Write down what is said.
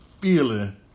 feeling